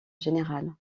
général